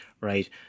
right